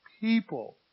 People